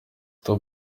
top